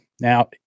Now